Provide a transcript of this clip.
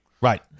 Right